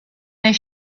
their